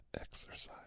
exercise